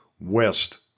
west